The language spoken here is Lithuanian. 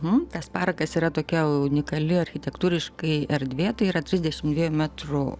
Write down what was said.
nu tas parakas yra tokia unikali architektūriškai erdvė tai yra trisdešim dviejų metrų